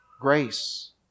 Grace